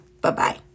Bye-bye